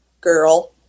girl